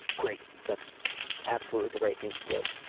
great. that's absolutely the right thing to do.